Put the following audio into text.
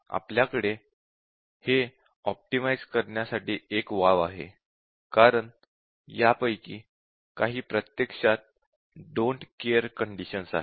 आपल्याकडे हे ऑप्टिमाइझ करण्यासाठी एक वाव आहे कारण यापैकी काही प्रत्यक्षात don't care don't care conditions आहेत